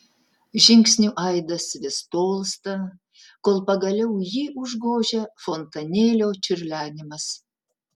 žingsnių aidas vis tolsta kol pagaliau jį užgožia fontanėlio čiurlenimas